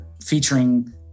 featuring